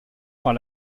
par